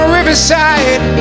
Riverside